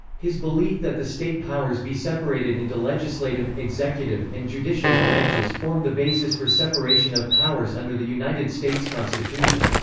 his belief that the state powers be separated into legislative, executive, and judicial branches formed the basis for separation of powers under the united states constitution.